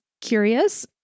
curious